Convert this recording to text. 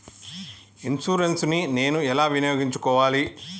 Insurance ని నేను ఎలా వినియోగించుకోవాలి?